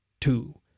two